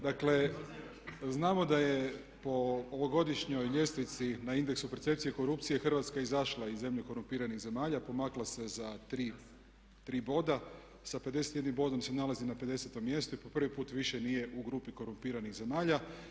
Dakle, znamo da je po ovogodišnjoj ljestvici na indeksu percepcije korupcije Hrvatska je izašla iz zemlje korumpiranih zemalja, pomakla se za 3 boda, sa 51 bodom se nalazi na 50. mjestu i po prvi put više nije u grupi korumpiranih zemalja.